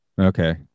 okay